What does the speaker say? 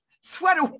Sweater